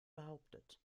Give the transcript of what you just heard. behauptet